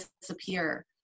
disappear